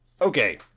Okay